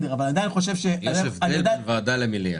יש הבדל בין ועדה למליאה.